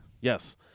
Yes